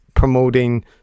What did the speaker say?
promoting